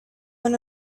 when